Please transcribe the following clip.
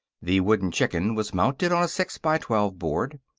the wooden chicken was mounted on a six-by-twelve board.